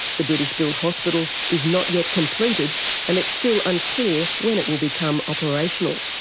the british-built hospital is not yet completed and it's still unclear when it will become operational.